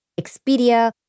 Expedia